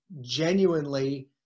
genuinely